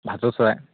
ভাটৌ চৰাই